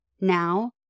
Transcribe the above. now